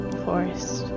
forest